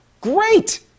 Great